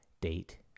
date